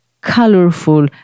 colorful